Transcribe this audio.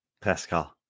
Pascal